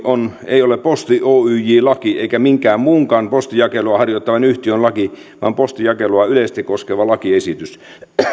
on sanottu ei ole posti oyj laki eikä minkään muunkaan postinjakelua harjoittavan yhtiön laki vaan postinjakelua yleisesti koskeva lakiesitys